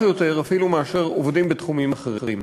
יותר אפילו משל עובדים בתחומים אחרים.